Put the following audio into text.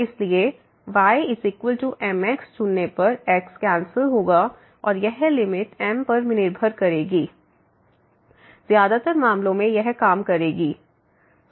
इसलिए ymx चुनने पर x कैंसिल होगा और यह लिमिट m पर निर्भर करेगी ज्यादातर मामलों में यह काम करेगी